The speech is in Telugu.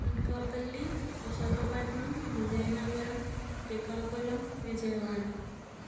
అనకాపల్లి విశాఖపట్నం విజయనగరం శ్రీకాకుళం విజయవాడ